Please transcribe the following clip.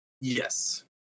Yes